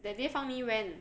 that day fang yi went